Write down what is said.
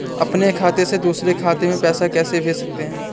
अपने खाते से दूसरे खाते में पैसे कैसे भेज सकते हैं?